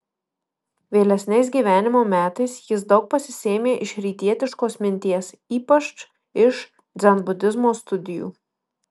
vėlesniais gyvenimo metais jis daug pasisėmė iš rytietiškos minties ypač iš dzenbudizmo studijų